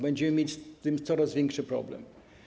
Będziemy mieć z tym coraz większy problem.